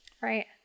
Right